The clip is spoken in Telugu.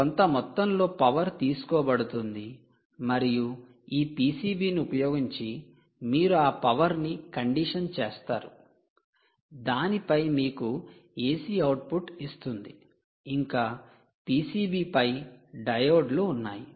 కాబట్టి కొంత మొత్తంలో పవర్ తీసుకోబడుతుంది మరియు ఈ 'పిసిబి' ని ఉపయోగించి మీరు ఆ పవర్ ని కండిషన్ చేస్తారు దానిపై మీకు' AC'అవుట్పుట్ ఇస్తుంది ఇంకా PCB పై ' డయోడ్లు 'ఉన్నాయి